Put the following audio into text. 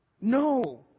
No